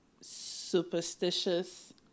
superstitious